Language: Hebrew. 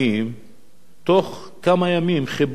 בתוך כמה ימים חיברו את כל הבתים האלה.